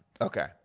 Okay